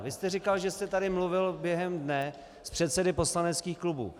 Vy jste říkal, že jste tady mluvil během dne s předsedy poslaneckých klubů.